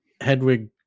Hedwig